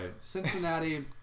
Cincinnati